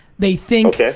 they think,